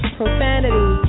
profanity